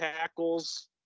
tackles